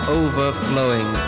overflowing